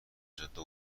جاده